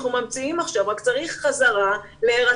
שיעשו להם את החיים פשוטים יותר כדי שהם יוכלו